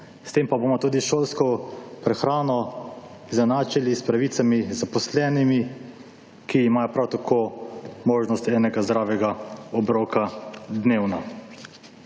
s tem pa bomo tudi šolsko prehrano izenačili s pravicami zaposlenimi, ki imajo prav tako možnost enega zdravega obroka dnevno.